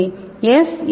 எனவே எஸ்